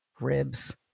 ribs